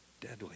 deadly